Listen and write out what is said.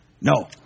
No